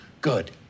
good